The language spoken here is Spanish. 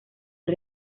hay